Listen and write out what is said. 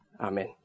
Amen